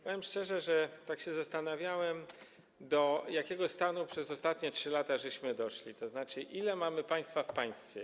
Powiem szczerze, że tak się zastanawiałem, do jakiego stanu przez ostatnie 3 lata doszliśmy, to znaczy, ile mamy państwa w państwie.